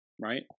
right